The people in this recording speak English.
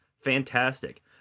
fantastic